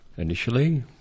initially